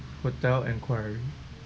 hotel enquiry